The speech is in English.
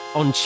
on